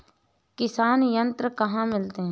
किसान यंत्र कहाँ मिलते हैं?